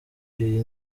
iyi